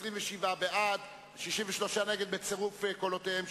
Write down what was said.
קבוצת סיעת רע"ם-תע"ל וקבוצת סיעת האיחוד הלאומי,